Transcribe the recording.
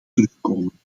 terugkomen